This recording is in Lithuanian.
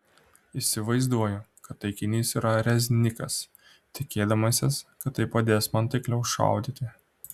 įsivaizduoju kad taikinys yra reznikas tikėdamasis kad tai padės man taikliau šaudyti